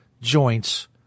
joints